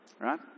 right